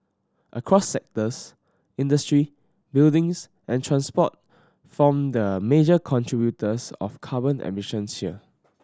across sectors industry buildings and transport form the major contributors of carbon emissions here